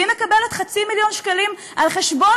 והיא מקבלת חצי מיליון שקלים על חשבון